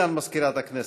הודעה לסגן מזכירת הכנסת.